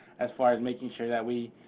as far as making sure that we,